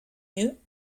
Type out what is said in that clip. you